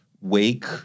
Wake